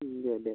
दे दे